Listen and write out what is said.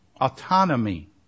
autonomy